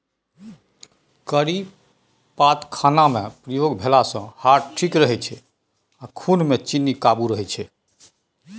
करी पात खानामे प्रयोग भेलासँ हार्ट ठीक रहै छै आ खुनमे चीन्नी काबू रहय छै